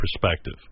perspective